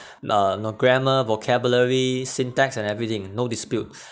nah no grammar vocabulary syntax and everything no dispute